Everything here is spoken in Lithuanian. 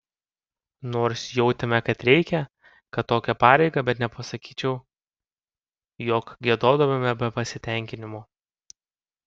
nors jautėme kad reikia kad tokia pareiga bet nepasakyčiau jog giedodavome be pasitenkinimo